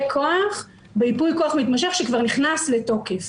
כוח בייפוי כוח מתמשך שכבר נכנס לתוקף,